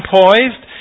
poised